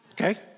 Okay